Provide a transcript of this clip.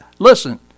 Listen